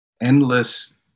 endless